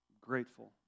grateful